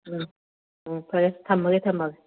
ꯎꯝ ꯎꯝ ꯐꯔꯦ ꯊꯝꯃꯒꯦ ꯊꯝꯃꯒꯦ